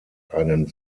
einen